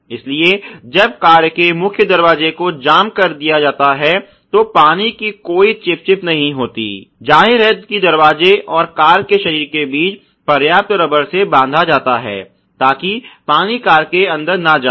इसलिए जब कार के मुख्य शरीर को दरवाजा जाम कर दिया जाता है तो पानी की कोई चिपचिप नहीं होती है जाहिर है कि दरवाजे और कार के शरीर के बीच पर्याप्त रबर से बांधा जाता है ताकि पानी कार के अंदर न जाए